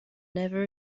never